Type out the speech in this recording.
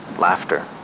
laughter.